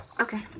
Okay